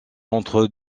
entre